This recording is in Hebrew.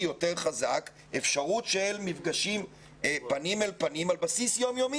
יותר חזק אפשרות של מפגשים פנים אל פנים על בסיס יום יומי,